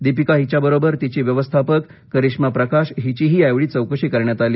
दीपिका हिच्याबरोबर तिची व्यवस्थापक करिष्मा प्रकाश हिचीही यावेळी चौकशी करण्यात आली